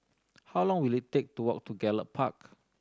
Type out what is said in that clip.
how long will it take to walk to Gallop Park